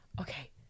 Okay